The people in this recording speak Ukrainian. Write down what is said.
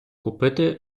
купити